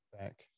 back